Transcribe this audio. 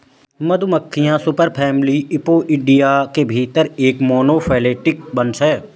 मधुमक्खियां superfamily Apoidea के भीतर एक मोनोफैलेटिक वंश हैं